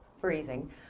freezing